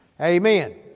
Amen